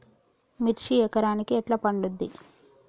మిర్చి ఎకరానికి ఎట్లా పండుద్ధి?